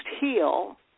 heal